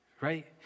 right